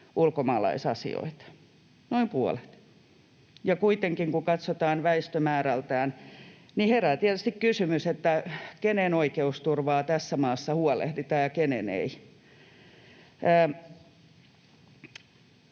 ulkomaalaisasioita, ja kuitenkin kun katsotaan suhteessa väestömäärään, herää tietysti kysymys, kenen oikeusturvasta tässä maassa huolehditaan ja kenen ei.